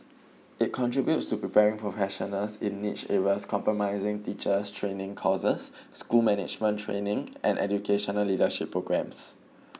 it contributes to preparing professionals in niche areas comprising teachers training courses school management training and educational leadership programs